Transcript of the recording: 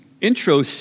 intro